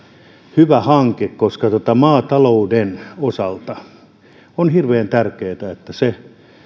hyvä hanke koska maatalouden osalta on hirveän tärkeätä että se